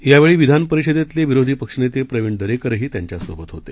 यावेळीविधानपरिषदेतीलविरोधीपक्षनेतेप्रवीणदरेकरहीत्यांच्यासोबतहोते